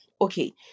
Okay